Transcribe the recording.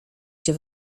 cię